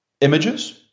images